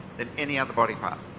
then any other body part.